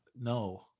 no